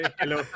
hello